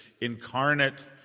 incarnate